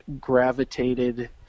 gravitated